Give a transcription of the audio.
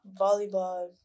volleyball